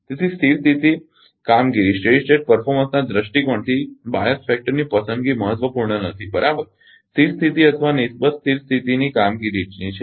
તેથી સ્થિર સ્થિતી કામગીરીના દૃષ્ટિકોણથી બાઅસ પરિબળ ની પસંદગી મહત્વપૂર્ણ નથી બરાબર સ્થિર સ્થિતી અથવા નિસ્બત સ્થિર સ્થિતીની કામગીરીની છે